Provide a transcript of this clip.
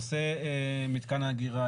נושא מתקן האגירה,